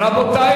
רבותי,